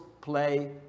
play